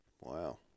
wow